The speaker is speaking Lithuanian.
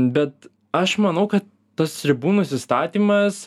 bet aš manau kad tas ribų nusistatymas